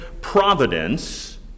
providence